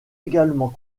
également